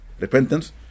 Repentance